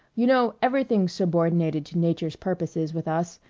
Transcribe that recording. you know everything's subordinated to nature's purposes with us,